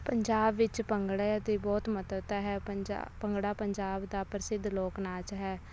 ਪੰਜਾਬ ਵਿੱਚ ਭੰਗੜੇ ਦੀ ਬਹੁਤ ਮਹੱਤਤਾ ਹੈ ਪੰਜਾ ਭੰਗੜਾ ਪੰਜਾਬ ਦਾ ਪ੍ਰਸਿੱਧ ਲੋਕ ਨਾਚ ਹੈ